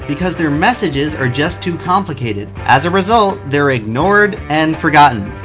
because their messages are just too complicated. as a result, they're ignored and forgotten.